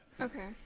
Okay